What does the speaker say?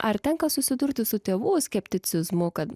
ar tenka susidurti su tėvų skepticizmu kad